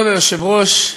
כבוד היושב-ראש,